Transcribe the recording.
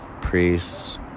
priests